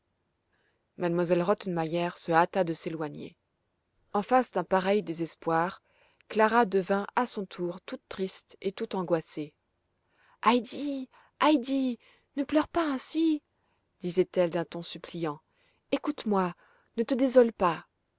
m elle rottenmeier se hâta de s'éloigner en face d'un pareil désespoir clara devint à son tour toute triste et tout angoissée heidi heidi ne pleure pas ainsi disait-elle d'un ton suppliant écoute-moi ne te désole pas